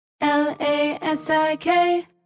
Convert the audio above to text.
L-A-S-I-K